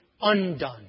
undone